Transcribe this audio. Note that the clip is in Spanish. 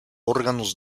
órganos